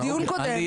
דיון קודם,